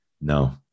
No